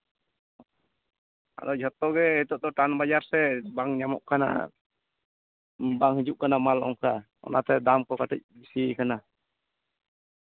ᱡᱷᱚᱛᱚᱜᱮ ᱱᱤᱛᱚᱜ ᱫᱚ ᱴᱟᱱ ᱵᱟᱡᱟᱨ ᱥᱮ ᱵᱟᱝ ᱧᱟᱢᱚᱜ ᱠᱟᱱᱟ ᱵᱟᱝ ᱦᱤᱡᱩᱜ ᱠᱟᱱᱟ ᱢᱟᱞ ᱚᱱᱟᱛᱮ ᱫᱟᱢ ᱠᱚ ᱠᱟᱹᱴᱤᱡ ᱵᱮᱥᱤ ᱟᱠᱟᱱᱟ